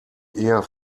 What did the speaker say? eher